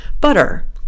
butter